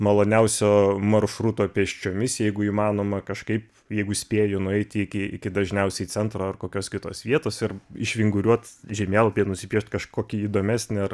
maloniausio maršruto pėsčiomis jeigu įmanoma kažkaip jeigu spėju nueiti iki iki dažniausiai centro ar kokios kitos vietos ir išvinguriuot žemėlapyje nusipiešt kažkokį įdomesnį ar